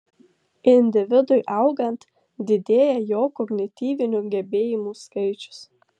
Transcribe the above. individui augant didėja jo kognityvinių gebėjimų skaičius